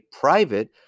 private